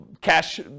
cash